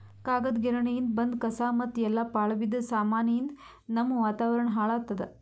ಕಾಗದ್ ಗಿರಣಿಯಿಂದ್ ಬಂದ್ ಕಸಾ ಮತ್ತ್ ಎಲ್ಲಾ ಪಾಳ್ ಬಿದ್ದ ಸಾಮಾನಿಯಿಂದ್ ನಮ್ಮ್ ವಾತಾವರಣ್ ಹಾಳ್ ಆತ್ತದ